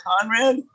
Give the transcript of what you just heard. Conrad